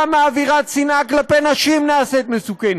כמה אווירת שנאה כלפי נשים נעשית מסוכנת,